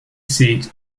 seat